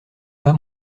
pas